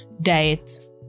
diet